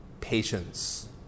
patience